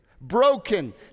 broken